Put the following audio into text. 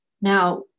Now